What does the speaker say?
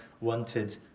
wanted